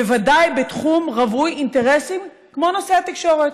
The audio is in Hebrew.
בוודאי בתחום רווי אינטרסים כמו נושא התקשורת.